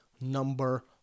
number